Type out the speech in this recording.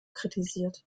kritisiert